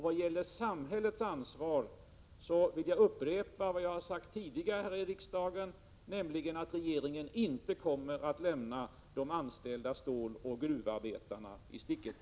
Vad gäller samhällets ansvar vill jag upprepa vad jag sagt tidigare här i riksdagen, nämligen att regeringen inte kommer att lämna de anställda ståloch gruvarbetarna i sticket.